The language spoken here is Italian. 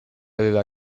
aveva